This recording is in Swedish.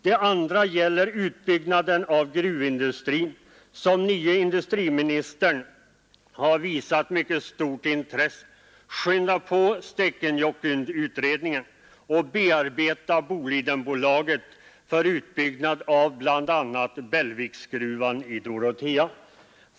Det andra gäller utbyggnaden av gruvindustrin, som nye industriministern har visat stort intresse. Skynda på Stekenjokkutredningen och bearbeta Bolidenbolaget för utbyggnad av bl.a. Bellviksgruvan i Dorotea.